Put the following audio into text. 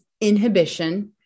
inhibition